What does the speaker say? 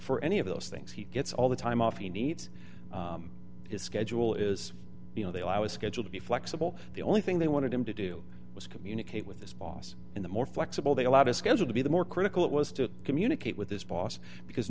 any of those things he gets all the time off he needs his schedule is you know they allow a schedule to be flexible the only thing they wanted him to do was communicate with his boss in the more flexible they allowed his schedule to be the more critical it was to communicate with his boss because